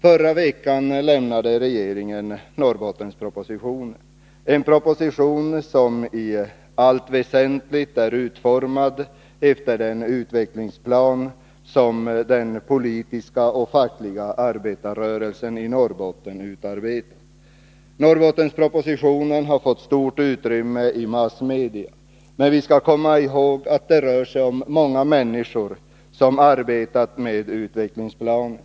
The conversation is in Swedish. Förra veckan avlämnade regeringen Norrbottenspropositionen. Det är en proposition som i allt väsentligt är utformad i enlighet med den utvecklingsplan som den politiska och fackliga arbetarrörelsen i Norrbotten utarbetat. Norrbottenspropositionen har fått stort utrymme i massmedia. Men vi skall komma ihåg att många människor har arbetat med utvecklingsplanen.